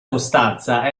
costanza